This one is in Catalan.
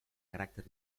caràcter